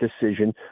decision